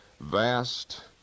vast